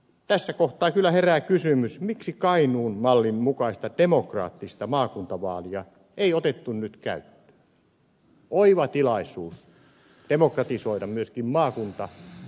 tässä kohtaa kyllä herää kysymys miksi kainuun mallin mukaista demo kraattista maakuntavaalia ei otettu nyt käyttöön oiva tilaisuus demokratisoida myöskin maakuntahallintoa